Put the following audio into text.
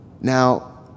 now